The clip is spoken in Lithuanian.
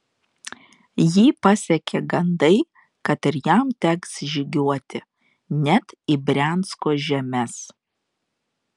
jį pasiekė gandai kad ir jam teks žygiuoti net į briansko žemes